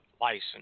license